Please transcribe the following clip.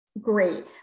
great